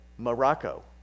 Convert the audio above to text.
Morocco